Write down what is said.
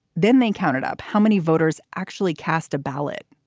then they counted up how many voters actually cast a ballot.